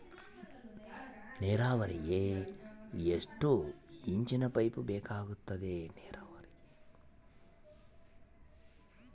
ನೇರಾವರಿಗೆ ಎಷ್ಟು ಇಂಚಿನ ಪೈಪ್ ಬೇಕಾಗುತ್ತದೆ?